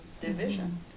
division